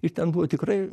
ir ten buvo tikrai